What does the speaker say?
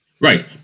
Right